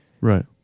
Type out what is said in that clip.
Right